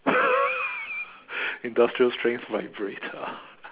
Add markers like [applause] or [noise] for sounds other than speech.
[laughs] industrial strength vibrator